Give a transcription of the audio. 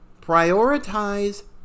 prioritize